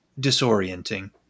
disorienting